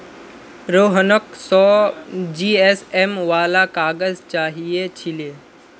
रोहनक सौ जीएसएम वाला काग़ज़ चाहिए छिले